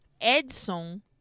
edson